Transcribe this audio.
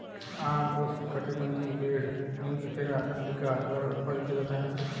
आम उष्णकटिबंधीय पेड़ मैंगिफेरा इंडिका द्वारा उत्पादित किया जाता है